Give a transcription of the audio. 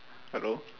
hello